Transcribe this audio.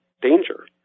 danger